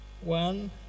one